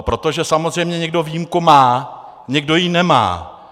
Protože samozřejmě někdo výjimku má, někdo ji nemá.